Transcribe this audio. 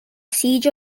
siege